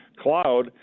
cloud